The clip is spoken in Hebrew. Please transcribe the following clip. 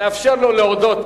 נאפשר לו להודות.